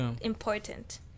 important